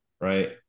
right